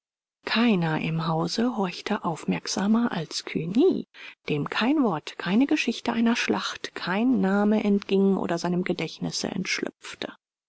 keiner im hause horchte aufmerksamer als cugny dem kein wort keine geschichte einer schlacht kein name entging oder seinem gedächtnisse entschlüpfte